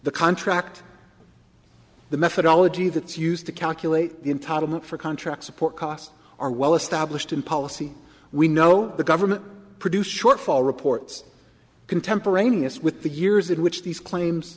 the contract the methodology that's used to calculate the entitlement for contract support costs are well established in policy we know the government produce shortfall reports contemporaneous with the years in which these claims